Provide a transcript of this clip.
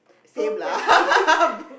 same lah